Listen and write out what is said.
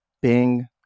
Bing